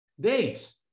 days